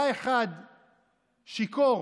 היה שיכור